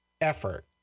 effort